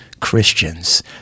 Christians